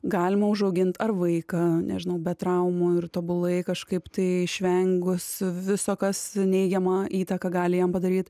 galima užaugint ar vaiką nežinau be traumų ir tobulai kažkaip tai išvengus viso kas neigiamą įtaką gali jam padaryt